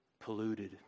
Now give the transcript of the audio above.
polluted